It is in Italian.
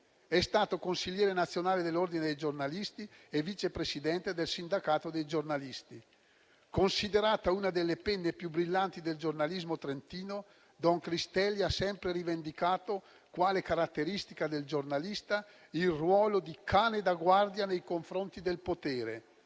È stato consigliere nazionale dell'ordine dei giornalisti e vice presidente del sindacato dei giornalisti. Considerato una delle penne più brillanti del giornalismo trentino, don Cristelli ha sempre rivendicato quale caratteristica del giornalista il ruolo di cane da guardia nei confronti del potere